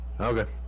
Okay